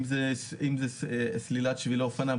אם זה סלילת שבילי אפניים,